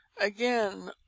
Again